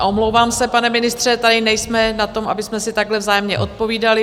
Omlouvám se, pane ministře, tady nejsme na tom... abychom si takhle vzájemně odpovídali.